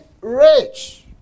rich